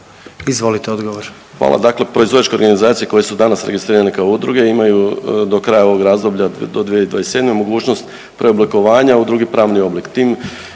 **Majdak, Tugomir** Hvala. Dakle proizvođačke organizacije koje su danas registrirane kao udruge imaju do kraja ovog razdoblja do 2027. mogućnost preoblikovanja u drugi pravni oblik.